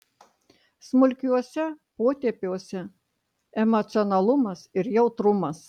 smulkiuose potėpiuose emocionalumas ir jautrumas